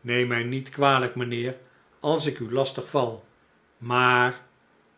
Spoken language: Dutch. neem mij niet kwalijk mijnheer als ik u lastig val maar